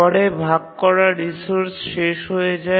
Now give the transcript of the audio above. পরে ভাগ করা রিসোর্স শেষ হয়ে যায়